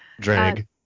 Drag